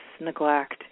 neglect